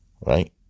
Right